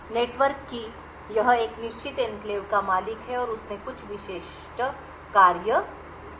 network कि यह एक निश्चित एन्क्लेव का मालिक है और उसने कुछ विशिष्ट कार्य किए हैं